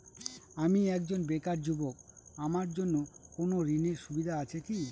আমি একজন বেকার যুবক আমার জন্য কোন ঋণের সুবিধা আছে কি?